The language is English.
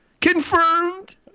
confirmed